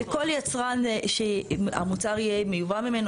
כל יצרן שהמוצר יהיה מיובא ממנו,